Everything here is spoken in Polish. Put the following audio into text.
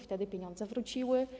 Wtedy pieniądze wróciły.